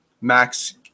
Max